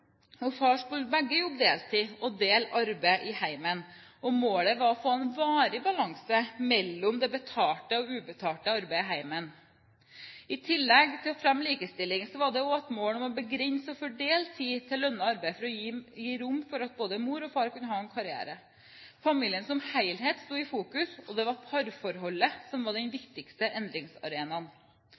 og far begge skulle jobbe deltid og dele arbeidet i hjemmet. Målet var å få en varig balanse mellom det betalte arbeidet og det ubetalte arbeidet i hjemmet. I tillegg til å fremme likestilling var det også et mål å begrense og fordele tid til lønnet arbeid for å gi rom for at både mor og far kunne ha en karriere. Familien som helhet sto i fokus, og det var parforholdet som var den viktigste endringsarenaen.